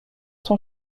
son